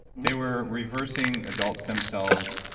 they were reversing adult stem cells,